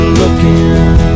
looking